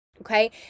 Okay